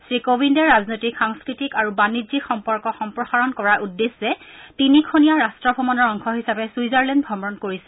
শ্ৰীকোবিন্দে ৰাজনৈতিক সাংস্কৃতিক আৰু বাণিজ্যিক সম্পৰ্ক সম্প্ৰসাৰণ কৰাৰ উদ্দেশ্যে তিনিখনীয়া ৰাষ্ট ভ্ৰমণৰ অংশ হিচাপে ছুইজাৰলেণ্ড ভ্ৰমণ কৰিছে